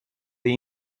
the